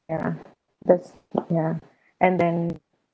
ya that's ya and then